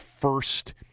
first